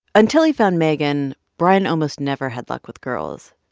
until he found megan, brian almost never had luck with girls.